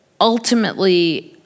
ultimately